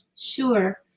Sure